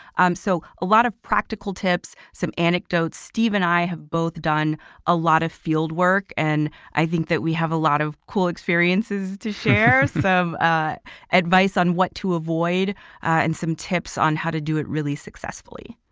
um so a lot of practical tips, some anecdotes. steve and i have both done a lot of field work and i think that we have a lot of cool experiences to share some ah advice on what to avoid and some tips on how to do it really successfully.